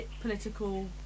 political